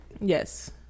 Yes